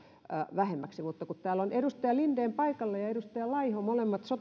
vähemmäksi kun täällä ovat paikalla edustaja linden ja edustaja laiho molemmat